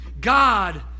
God